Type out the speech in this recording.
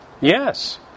Yes